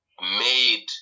made